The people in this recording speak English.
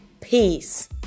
Peace